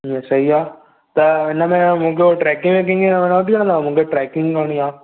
ईअं सही आहे त हिनमें मुंहिंजो ट्रैकिंग व्रैकिंग मूंखे ट्रैकिंग करिणी आहे